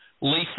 Lisa